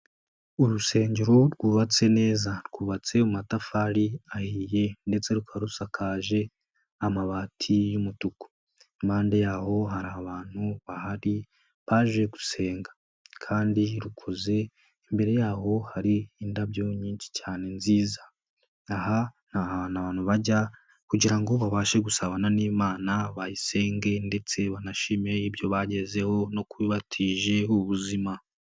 Urusengero rwubatse neza, rwubatse mu matafari ahiye ndetse rukaba rusakaje amabati y'umutuku, impande yaho hari abantu bahari, baje gusenga kandi rukuze, imbere yaho hari indabyo nyinshi cyane nziza, aha ni hantu abantu bajya kugira ngo babashe gusabana n'Imana, bayisenge ndetse banashime ibyo bagezeho no kuba ibatije ubuzima.